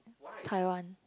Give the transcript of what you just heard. Taiwan